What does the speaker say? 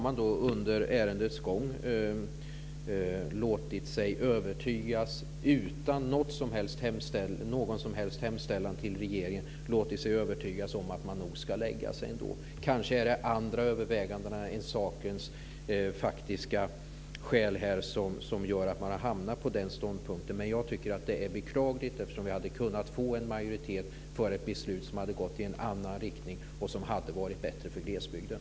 Men under ärendets gång har man utan någon som helst hemställan till regeringen låtit sig övertygas om att man nog skulle lägga sig. Det är kanske andra överväganden som har gjort att man har hamnat på den ståndpunkten, men jag tycker att det är beklagligt eftersom vi hade kunnat få en majoritet för ett beslut i en annan riktning och som hade varit bättre för glesbygden.